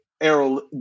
Errol